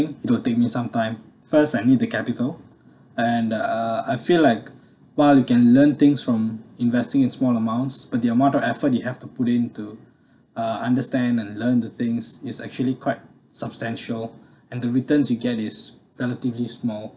it'll take me some time first I need the capital and uh I feel like while you can learn things from investing in small amounts but the amount of effort you have to put into uh understand and learn the things is actually quite substantial and the returns you get is relatively small